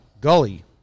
Gully